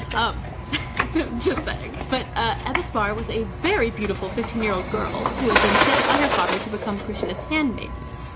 um just saying. but, ah ebba sparre was a very beautiful fifteen year old girl who had been sent by her father to become kristina's handmaiden.